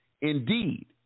Indeed